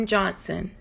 Johnson